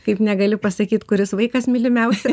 kaip negali pasakyt kuris vaikas mylimiausias